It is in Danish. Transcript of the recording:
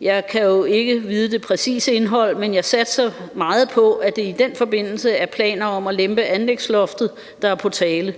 Jeg kan jo ikke vide, hvad det præcise indhold af det er, men jeg satser meget på, at det i den forbindelse er planer om at lempe anlægsloftet, der er på tale.